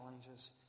challenges